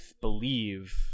believe